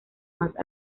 más